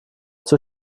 zur